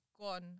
gone